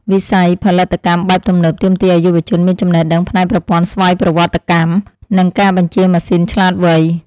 វិស័យផលិតកម្មបែបទំនើបទាមទារឱ្យយុវជនមានចំណេះដឹងផ្នែកប្រព័ន្ធស្វ័យប្រវត្តិកម្ម និងការបញ្ជាម៉ាស៊ីនឆ្លាតវៃ។